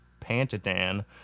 Pantadan